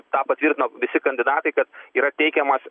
tą patvirtino visi kandidatai kad yra teikiamas